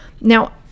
Now